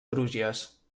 crugies